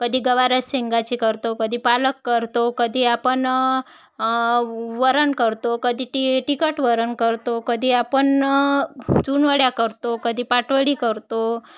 कधी गवार रस शेंगाची करतो कधी पालक करतो कधी आपण वरण करतो कधी टी तिखट वरण करतो कधी आपण चुनवड्या करतो कधी पाटवडी करतो